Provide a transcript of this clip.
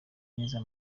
neza